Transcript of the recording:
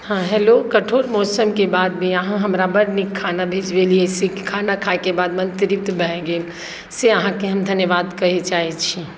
हँ हेलो कठोर मौसमके बाद भी अहाँ हमरा बड्ड नीक खाना भेजबेलियै से खाना खाइके बाद मन तृप्त भए गेल से अहाँके हम धन्यवाद कहै चाहे छी